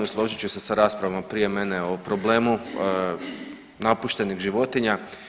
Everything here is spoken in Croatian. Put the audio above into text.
Složit ću se sa raspravom prije mene o problemu napuštenih životinja.